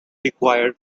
required